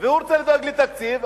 הוא רוצה לדאוג לתקציב,